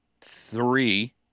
three